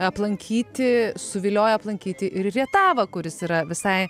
aplankyti suviliojo aplankyti ir rietavą kuris yra visai